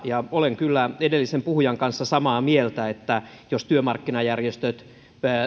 olen kyllä edellisen puhujan kanssa samaa mieltä että jos työmarkkinajärjestöt